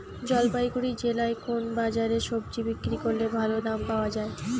জলপাইগুড়ি জেলায় কোন বাজারে সবজি বিক্রি করলে ভালো দাম পাওয়া যায়?